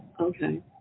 okay